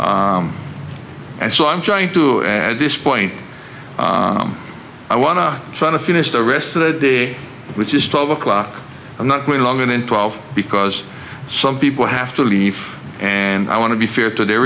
and so i'm trying to add this point i want to try to finish the rest of the day which is twelve o'clock i'm not going along going in twelve because some people have to leave and i want to be fair to their